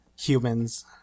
humans